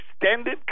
extended